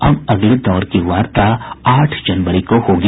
अब अगले दौर की वार्ता आठ जनवरी को होगी